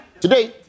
Today